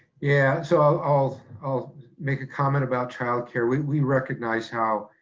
yeah, so i'll i'll make a comment about childcare. we we recognize how